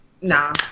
Nah